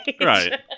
Right